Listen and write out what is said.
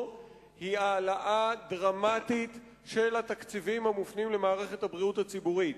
היא הגדלה דרמטית של התקציבים המופנים למערכת הבריאות הציבורית.